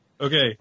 okay